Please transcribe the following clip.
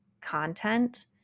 content